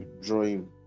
drawing